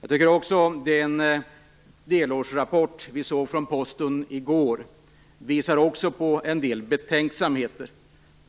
Jag tycker också att den delårsrapport från Posten som vi såg i går visar på en del betänksamheter.